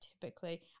typically